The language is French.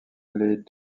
les